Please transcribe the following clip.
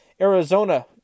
Arizona